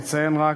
אני אציין רק,